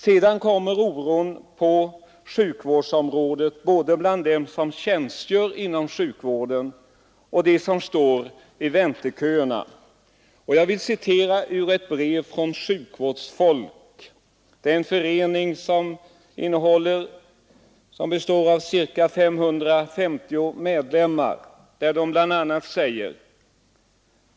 Sedan kommer oron på sjukvårdsområdet, både bland dem som tjänstgör inom sjukvården och bland dem som står i vänteköerna. Jag vill citera ur ett brev från en förening av sjukvårdsfolk med ca 550 medlemmar.